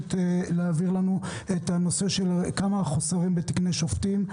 מתבקשת להעביר לנו כמה חוסרים יש בתקני שופטים.